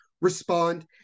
respond